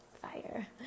Fire